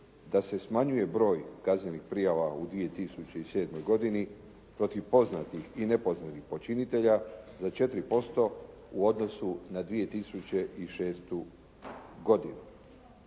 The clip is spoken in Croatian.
da se smanjuje broj kaznenih prijava u 2007. godini protiv poznatih i nepoznatih počinitelja za 4% u odnosu na 2006. godinu.